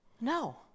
No